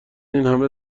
اینهمه